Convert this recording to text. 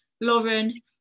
Lauren